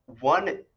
one